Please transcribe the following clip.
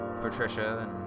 Patricia